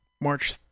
march